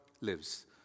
lives